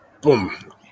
boom